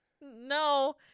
No